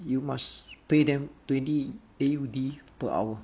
you must pay them twenty A_U_D per hour